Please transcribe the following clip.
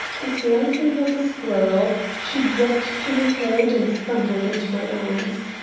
as lightly as a squirrel, she dropped to the thwart and stumbled into my arms.